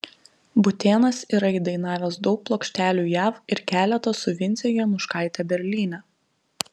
būtėnas yra įdainavęs daug plokštelių jav ir keletą su vince januškaite berlyne